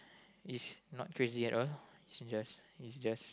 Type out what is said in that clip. is not crazy at all it's just it's just